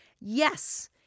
yes